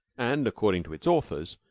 and, according to its authors,